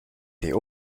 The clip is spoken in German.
die